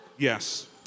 Yes